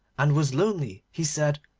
and was lonely, he said,